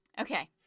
Okay